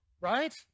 right